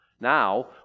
Now